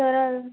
तर